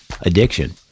addiction